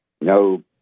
No